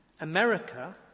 America